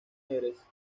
jerez